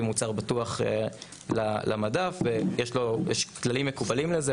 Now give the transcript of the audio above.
מוצר בטוח למדף ויש לו כללים מקובלים לזה.